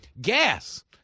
Gas